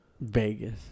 Vegas